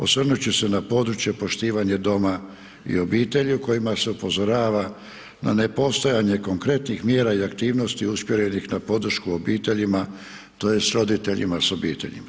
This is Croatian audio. Osvrnut ću se na područje poštivanje doma i obitelji u kojima se upozorava na nepostojanje konkretnih mjera i aktivnosti usmjerenih na podršku obiteljima tj. roditeljima s obiteljima.